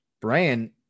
Brian